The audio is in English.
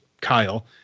Kyle